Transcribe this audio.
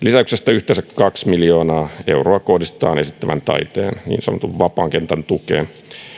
lisäyksestä yhteensä kaksi miljoonaa euroa kohdistetaan esittävän taiteen niin sanotun vapaan kentän tukeen